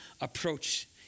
approach